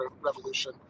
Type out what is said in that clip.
revolution